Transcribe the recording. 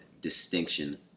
distinction